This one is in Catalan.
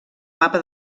mapa